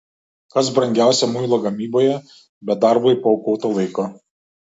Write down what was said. kas brangiausia muilo gamyboje be darbui paaukoto laiko